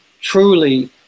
truly